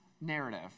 narrative